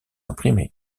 imprimés